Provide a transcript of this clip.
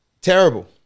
terrible